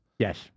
Yes